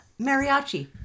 mariachi